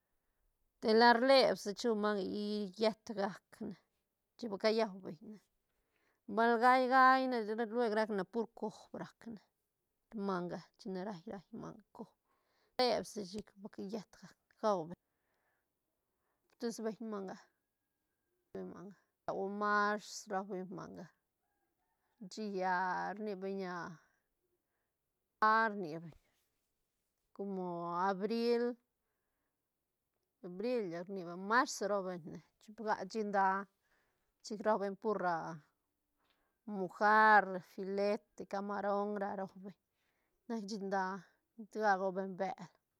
Te la rlebsi chu manga i llet gacne chic ba cayau beñ ne bal gaí-gaí chic lueg rac ne pur cob rac ne manga chin raí-raí manga cob rleb sishi ba callet gac gau beñ tis beñ manga beu mars rau beñ manga shia rni beñ nda rni beñ como abril- bril rni beñ marzo rau beñ ne chip ga shí nda chic rau beñ pur ra mujar filete camaron ra rau beñ na shí nda nac gau beñ bel.